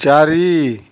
ଚାରି